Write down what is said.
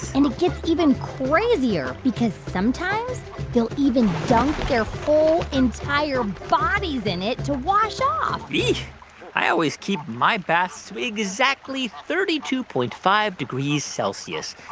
and it gets even crazier because sometimes they'll even dunk their whole entire bodies in it to wash off i always keep my baths exactly thirty two point five degrees celsius.